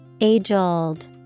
Age-old